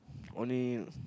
only